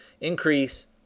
increase